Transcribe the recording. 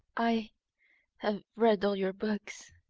i have read all your books.